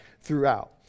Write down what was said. throughout